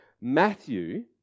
Matthew